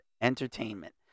entertainment